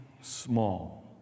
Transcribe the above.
small